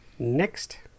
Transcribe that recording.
next